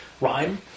rhyme